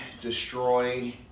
destroy